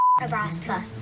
Nebraska